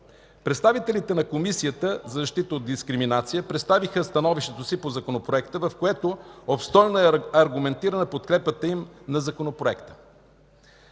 Представителите на Комисията за защита от дискриминация представиха становището си по Законопроекта, в което обстойно е аргументирана подкрепата им на Законопроекта.